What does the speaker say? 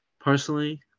Personally